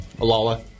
Alala